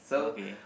okay